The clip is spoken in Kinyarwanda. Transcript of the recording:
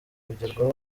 kongererwa